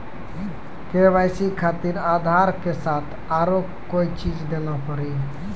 KYC खातिर आधार के साथ औरों कोई चीज देना पड़ी?